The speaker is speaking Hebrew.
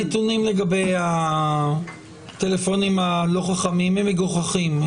הנתונים לגבי הטלפונים הלא-חכמים הם מגוחכים.